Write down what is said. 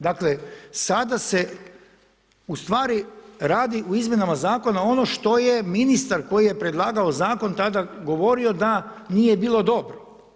Dakle, sada se, ustvari radi u izmjenama Zakona ono što je ministar koji je predlagao zakon tada govorio da nije bilo dobro.